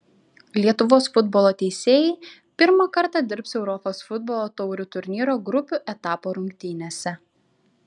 lietuvos futbolo teisėjai pirmą kartą dirbs europos futbolo taurių turnyro grupių etapo rungtynėse